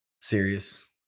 serious